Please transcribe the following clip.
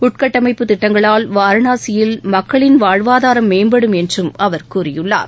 உள்கட்டமைப்பு திட்டங்களால் வாரணாசியில் மக்களின்வாழ்வாதாரம் மேம்படும் என்று அவர் கூறியுள்ளார்